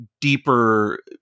deeper